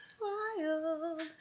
Wild